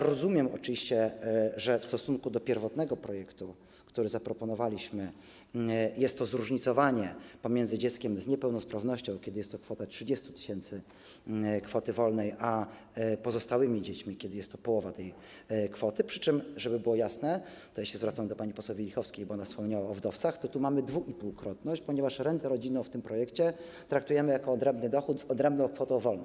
Rozumiem oczywiście, że względem pierwotnego projektu, który zaproponowaliśmy, pojawia się zróżnicowanie pomiędzy dzieckiem z niepełnosprawnością, kiedy jest to kwota 30 tys. kwoty wolnej, a pozostałymi dziećmi, kiedy jest to połowa tej kwoty, przy czym, żeby było jasne - tutaj zwracam się do pani poseł Wielichowskiej, bo ona wspomniała o wdowcach - w tej kwestii mamy dwuipółkrotność, ponieważ rentę rodzinną w tym projekcie traktujemy jako odrębny dochód, z odrębną kwotą wolną.